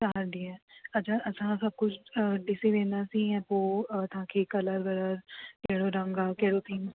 चारि ॾींहं अछा असां खां कुझु ॾिसी वेंदासीं या पोइ तव्हांखे कलर वलर कहिड़ो रंग आ केरो थीम